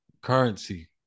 Currency